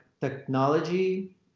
technology